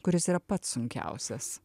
kuris yra pats sunkiausias